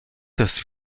des